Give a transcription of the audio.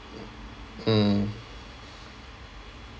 mm